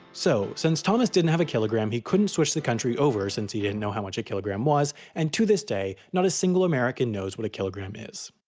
so, since thomas didn't have a kilogram he couldn't switch the country over since he didn't know how much a kilogram was and to this day, not a single american knows what a kilogram is.